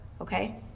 okay